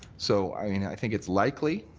so i you know i think it's likely